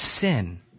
sin